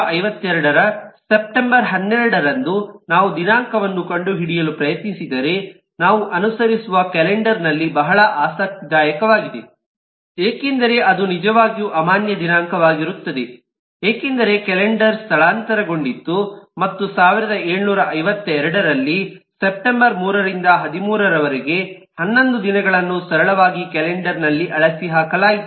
1752 ರ ಸೆಪ್ಟೆಂಬರ್ 12 ರಂದು ನಾವು ದಿನಾಂಕವನ್ನು ಕಂಡುಹಿಡಿಯಲು ಪ್ರಯತ್ನಿಸಿದರೆ ನಾವು ಅನುಸರಿಸುವ ಕ್ಯಾಲೆಂಡರ್ ನಲ್ಲಿ ಬಹಳ ಆಸಕ್ತಿದಾಯಕವಾಗಿದೆ ಏಕೆಂದರೆ ಅದು ನಿಜವಾಗಿಯೂ ಅಮಾನ್ಯ ದಿನಾಂಕವಾಗಿರುತ್ತದೆ ಏಕೆಂದರೆ ಕ್ಯಾಲೆಂಡರ್ ಸ್ಥಳಾಂತರಗೊಂಡಿತ್ತು ಮತ್ತು 1752 ರಲ್ಲಿ ಸೆಪ್ಟೆಂಬರ್ 3 ರಿಂದ 13 ರವರೆಗೆ 11 ದಿನಗಳನ್ನು ಸರಳವಾಗಿ ಕ್ಯಾಲೆಂಡರ್ ನಲ್ಲಿ ಅಳಿಸಿಹಾಕಲಾಯಿತು